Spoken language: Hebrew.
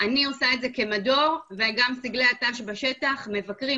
אני עושה את זה כמדור וגם סגלי הת"ש בשטח מבקרים,